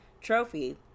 trophy